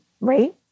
right